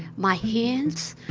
my hands,